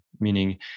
meaning